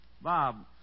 Bob